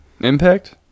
impact